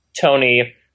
Tony